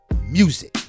music